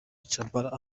tchabalala